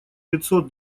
пятьсот